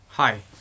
Hi